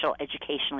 educationally